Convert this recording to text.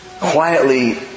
quietly